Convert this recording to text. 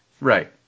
Right